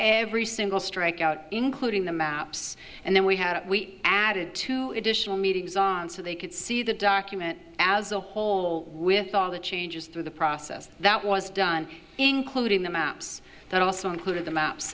every single strikeout including the maps and then we had added to additional meetings so they could see the document as a whole with all the changes through the process that was done including the maps that also included the maps